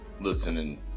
listening